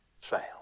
sound